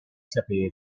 sapere